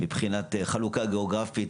מבחינת חלוקה גיאוגרפית,